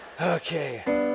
Okay